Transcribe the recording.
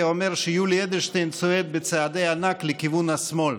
אומר שיולי אדלשטיין צועד בצעדי ענק לכיוון השמאל.